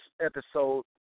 episode